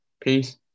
Peace